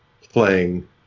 playing